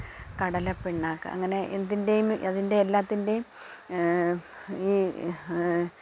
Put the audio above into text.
കടലപ്പിണ്ണാക്ക് അങ്ങനെ എന്തിൻറ്റെയും അതിന്റെ എല്ലാത്തിൻ്റെയും ഈ